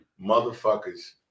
Motherfuckers